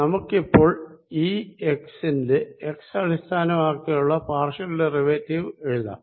നമുക്കിപ്പോൾ e x ന്റെ x അടിസ്ഥാനമാക്കിയുള്ള പാർഷ്യൽ ഡെറിവേറ്റീവ് എഴുതാം